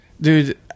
Dude